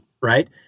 right